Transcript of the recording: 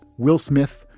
will smith.